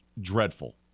dreadful